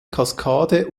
kaskade